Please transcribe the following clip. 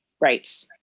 Right